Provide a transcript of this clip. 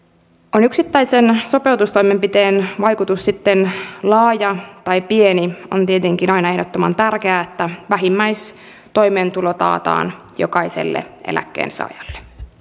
olkoon yksittäisen sopeutustoimenpiteen vaikutus sitten laaja tai pieni on tietenkin aina ehdottoman tärkeää että vähimmäistoimeentulo taataan jokaiselle eläkkeensaajalle